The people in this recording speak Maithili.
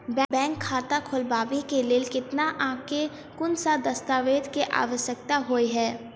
बैंक खाता खोलबाबै केँ लेल केतना आ केँ कुन सा दस्तावेज केँ आवश्यकता होइ है?